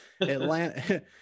Atlanta